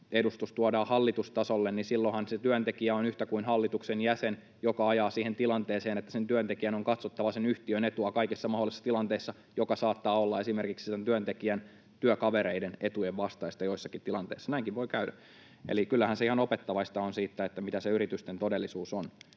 tuodaan hallitustasolle: silloinhan se työntekijä on yhtä kuin hallituksen jäsen, joka ajaa siihen tilanteeseen, että sen työntekijän on katsottava sen yhtiön etua kaikissa mahdollisissa tilanteissa, mikä saattaa olla esimerkiksi sen työntekijän työkavereiden etujen vastaista joissakin tilanteissa. Näinkin voi käydä. Eli kyllähän se ihan opettavaista on sitten, mitä se yritysten todellisuus on.